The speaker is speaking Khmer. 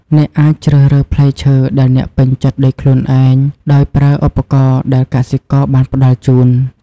អ្នកអាចជ្រើសរើសផ្លែឈើដែលអ្នកពេញចិត្តដោយខ្លួនឯង ដោយប្រើឧបករណ៍ដែលកសិករបានផ្តល់ជូន។